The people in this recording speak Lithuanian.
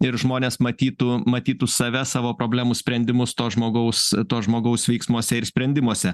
ir žmonės matytų matytų save savo problemų sprendimus to žmogaus to žmogaus veiksmuose ir sprendimuose